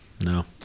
No